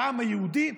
כעם היהודי,